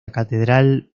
catedral